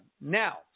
Now